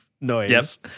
noise